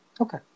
okay